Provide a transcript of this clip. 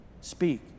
speak